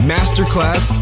Masterclass